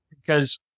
Because-